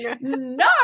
no